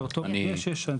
יש.